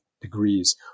degrees